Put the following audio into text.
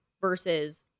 versus